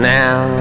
now